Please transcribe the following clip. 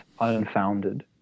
unfounded